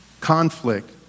Conflict